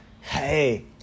Hey